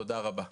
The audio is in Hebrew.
תודה רבה.